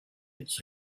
its